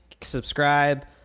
subscribe